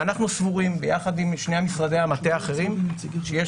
אנחנו סבורים ביחד עם שני משרדי המטה האחרים שיש